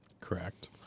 Correct